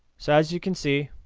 so as you can see,